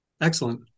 Excellent